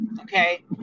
okay